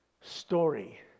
story